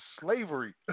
slavery